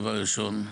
דבר ראשון,